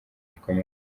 gikomeza